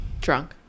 Drunk